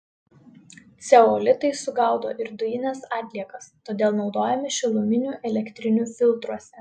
ceolitai sugaudo ir dujines atliekas todėl naudojami šiluminių elektrinių filtruose